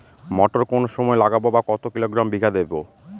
মটর কোন সময় লাগাবো বা কতো কিলোগ্রাম বিঘা দেবো?